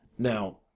Now